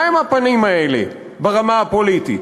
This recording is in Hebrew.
מה הם הפנים האלה ברמה הפוליטית?